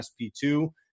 SP2